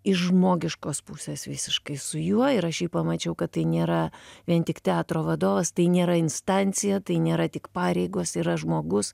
iš žmogiškos pusės visiškai su juo ir aš jį pamačiau kad tai nėra vien tik teatro vadovas tai nėra instancija tai nėra tik pareigos yra žmogus